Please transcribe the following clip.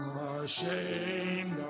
ashamed